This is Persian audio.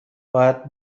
باید